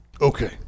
okay